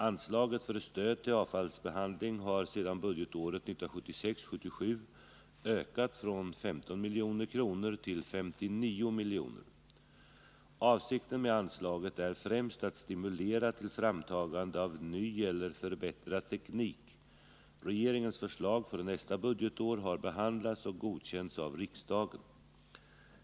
Anslaget för stöd till avfallsbehandling har sedan budgetåret 1976/77 ökat från 15 milj.kr. till 59 milj.kr. Avsikten med anslaget är främst att stimulera till framtagande av ny eller förbättrad teknik. Regeringens förslag för nästa budgetår har behandlats och godkänts av riksdagen.